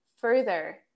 further